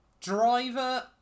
Driver